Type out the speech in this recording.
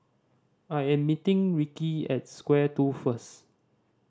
I am meeting Rickey at Square Two first